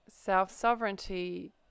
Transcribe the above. self-sovereignty